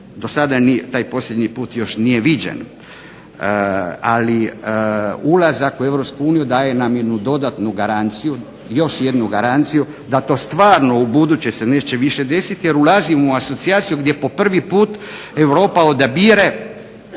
Dosada taj posljednji put još nije viđen, ali ulazak u EU daje nam jednu dodatnu garanciju da to stvarno ubuduće se neće više desiti. Jer ulazimo u asocijaciju gdje po prvi put Europa odabire,